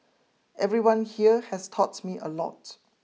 everyone here has taught me a lot